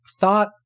thought